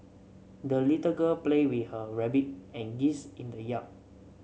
the little girl played with her rabbit and geese in the yard